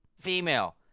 female